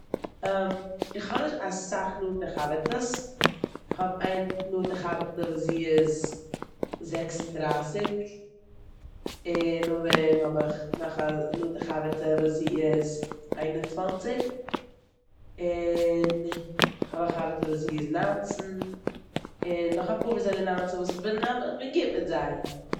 כ'האב נישט אסאך נאנטע חברטעס. כ'האב איין נאנטע חברטע וואס זי איז זעקס און דרייסיג און נאכדעם האב איך נאך א נאנטע חברטע וואס זי איז איין און צוואנציג, כ'האב א חברטע וואס זי איז ניינצן און נאך אפאר וואס זענען ניינצן וואס אב- איך בין גוט מיט זיי.